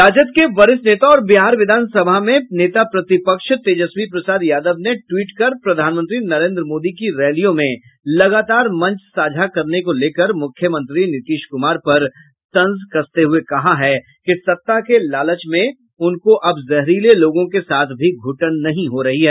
राजद के वरिष्ठ नेता और बिहार विधान सभा में नेता प्रतिपक्ष तेजस्वी प्रसाद यादव ने ट्वीट कर प्रधानमंत्री नरेन्द्र मोदी की रैलियों में लगातार मंच साझा करने को लेकर मुख्यमंत्री नीतीश कुमार पर तंज कसते हुए कहा कि सत्ता के लालच में उनको अब जहरीले लोगों के साथ भी घूटन नहीं हो रही है